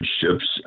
ships